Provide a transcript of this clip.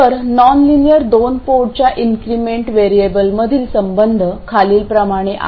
तर नॉनलिनिअर दोन पोर्टच्या इन्क्रिमेंट वेरीअबलमधील संबंध खालीलप्रमाणे आहे